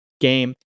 game